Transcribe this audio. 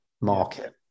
market